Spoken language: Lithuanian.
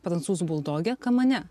prancūzų buldoge kamane